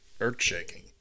earth-shaking